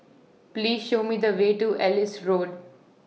Please Show Me The Way to Ellis Road